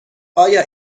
آیا